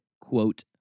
quote